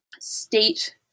state